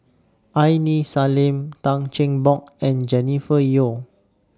Aini Salim Tan Cheng Bock and Jennifer Yeo